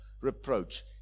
reproach